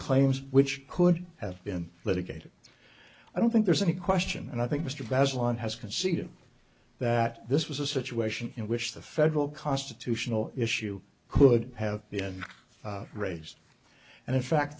claims which could have been litigated i don't think there's any question and i think mr president has conceded that this was a situation in which the federal constitutional issue could have been raised and in fact